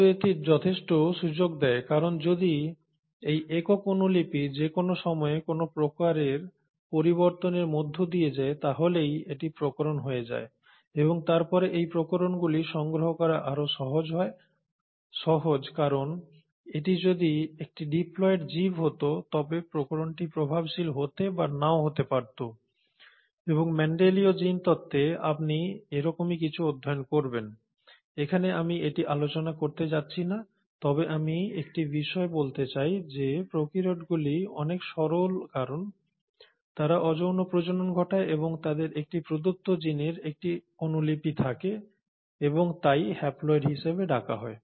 তবে এটি যথেষ্ট সুযোগ দেয় কারণ যদি এই একক অনুলিপি যে কোন সময়ে কোনও প্রকারের পরিবর্তনের মধ্য দিয়ে যায় তাহলেই এটি প্রকরণ হয়ে যায় এবং তারপরে এই প্রকরণগুলি সংগ্রহ করা আরও সহজ কারণ এটি যদি একটি ডিপ্লয়েড জীব হত তবে প্রকরণটি প্রভাবশালী হতে বা নাও হতে পারত এবং মেন্ডেলিয় জীনতত্ত্বে আপনি এরকমই কিছু অধ্যয়ন করবেন এখানে আমি এটি আলোচনা করতে যাচ্ছি না তবে আমি একটি বিষয় বলতে চাই যে প্র্যাকারিওটগুলি অনেক সরল কারণ তারা অযৌন প্রজনন ঘটায় এবং তাদের একটি প্রদত্ত জিনের একটি অনুলিপি থাকে এবং তাই হ্যাপ্লয়েড হিসাবে ডাকা হয়